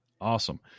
Awesome